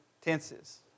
tenses